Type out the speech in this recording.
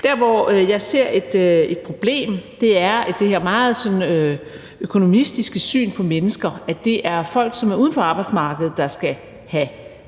Der, hvor jeg ser et problem, er det her meget sådan økonomistiske syn på mennesker: at det er folk, som er uden for arbejdsmarkedet, der skal have